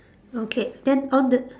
okay then on the